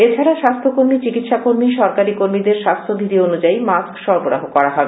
এছাড়া স্বাস্থ্যকর্মী চিকিৎসা কর্মী সরকারী কর্মীদের স্বাস্থ্য বিধি অনুযায়ী মাস্ক সরবরাহ করা হবে